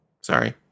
Sorry